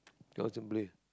you all simply